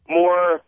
more